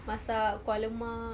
masak kuah lemak